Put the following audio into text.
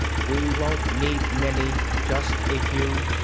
we won't need many, just a few.